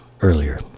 earlier